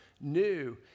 new